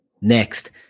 Next